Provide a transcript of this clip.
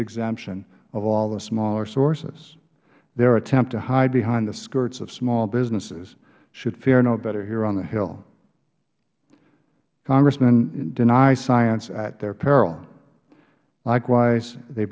exemption of all the small sources their attempt to hide behind the skirts of small businesses should fare no better here on the hill congressmen deny science at their peril likewise they